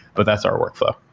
but that's our workflow.